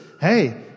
hey